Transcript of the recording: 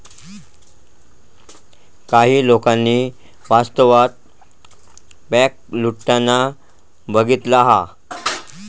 काही लोकांनी वास्तवात बँक लुटताना बघितला हा